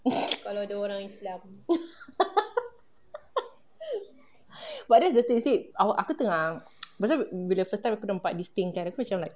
but that's the thing you see our aku tengah pasal bila first time aku nampak this thing kan aku macam like